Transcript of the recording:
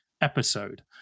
episode